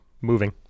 moving